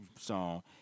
song